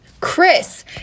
Chris